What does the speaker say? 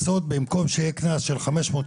במקום שיהיה קנס של 500,